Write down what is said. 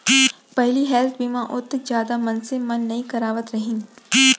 पहिली हेल्थ बीमा ओतका जादा मनसे मन नइ करवात रहिन